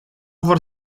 vor